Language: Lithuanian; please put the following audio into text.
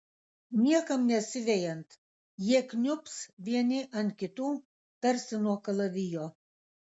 niekam nesivejant jie kniubs vieni ant kitų tarsi nuo kalavijo